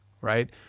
right